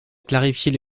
clarifier